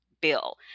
bill